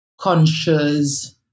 conscious